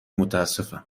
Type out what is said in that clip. متاسفم